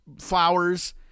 flowers